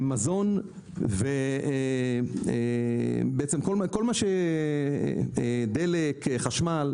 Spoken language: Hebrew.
מזון וכל הוצאותיו דלק, חשמל.